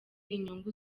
inyungu